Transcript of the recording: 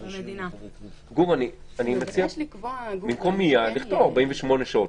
גור, אני מציע במקום מיד לכתוב 48 שעות.